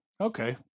Okay